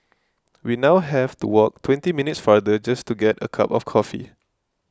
we now have to walk twenty minutes farther just to get a cup of coffee